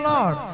Lord